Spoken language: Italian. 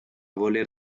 voler